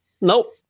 Nope